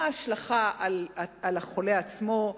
מה ההשלכה על החולה עצמו,